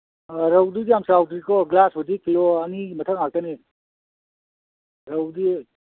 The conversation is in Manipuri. ꯑ ꯔꯧꯗꯤ ꯌꯥꯝ ꯆꯥꯎꯗ꯭ꯔꯤꯀꯣ ꯒ꯭ꯔꯥꯁꯄꯨꯗꯤ ꯀꯤꯂꯣ ꯑꯅꯤꯒꯤ ꯃꯊꯛ ꯉꯥꯛꯇꯅꯤ ꯔꯧꯗꯤ